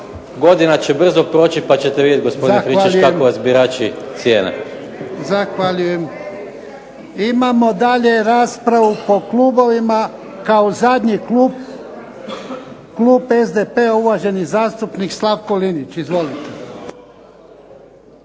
godina će brzo proći pa ćete vidjeti gospodin Friščić kako vas birači cijene. **Jarnjak, Ivan (HDZ)** Zahvaljujem. Imamo dalje raspravu po klubovima. Kao zadnji klub, klub SDP-a uvaženi zastupnik Slavko Linić. Izvolite.